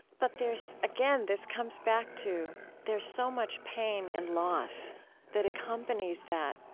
but there's, again, this comes back to there's so much pain and loss that accompanies that